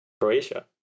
Croatia